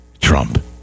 Trump